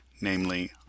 namely